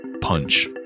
punch